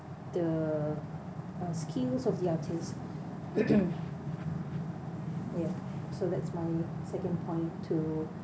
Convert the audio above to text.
the uh skills of the artist ya so that's my second point to